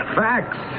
facts